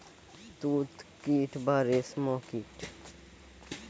তুত কীট বা রেশ্ম কীট